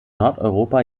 nordeuropa